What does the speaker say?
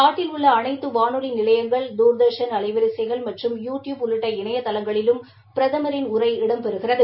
நாட்டில் உள்ள அனைத்து வானொலி நிலையங்கள் தூர்தர்ஷன் அலைவரிசைகள் மற்றம் யூ டியூப் உள்ளிட்ட இணையதளங்களிலும் பிரதமரின் உரை இடம் பெறுகிறது